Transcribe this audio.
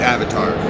Avatar